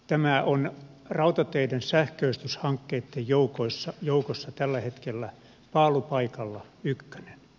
tämä on rautateiden sähköistyshankkeitten joukossa tällä hetkellä paalupaikalla ykkönen